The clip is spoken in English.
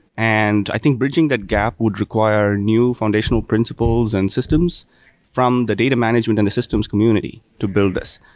and i think bridging that gap would require new foundational principles and systems from the data management and the systems community to build this.